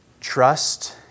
trust